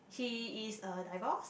she is a divorce